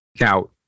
Now